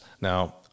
Now